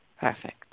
Perfect